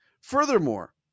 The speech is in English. Furthermore